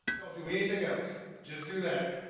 don't do anything else. just do that.